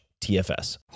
TFS